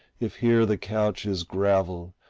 if here the couch is gravel,